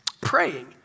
praying